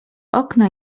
okna